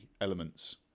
elements